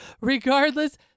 Regardless